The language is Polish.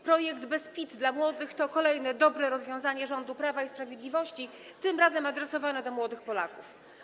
Projekt: bez PIT dla młodych to kolejne dobre rozwiązanie rządu Prawa i Sprawiedliwości, tym razem adresowane do młodych Polaków.